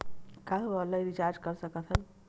का हम online recharge कर सकत हन?